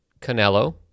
Canelo